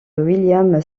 william